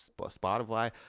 Spotify